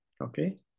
okay